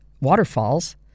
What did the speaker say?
waterfalls